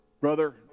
Brother